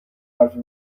حرفی